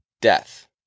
death